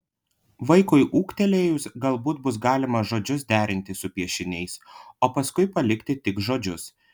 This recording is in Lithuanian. vaikui ūgtelėjus galbūt bus galima žodžius derinti su piešiniais o paskui palikti tik žodžius